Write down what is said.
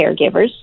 caregivers